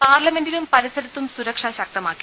പാർലമെന്റിലും പരിസരത്തും സുരക്ഷ ശക്തമാക്കി